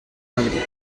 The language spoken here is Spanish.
madrid